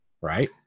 right